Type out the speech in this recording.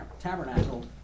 tabernacle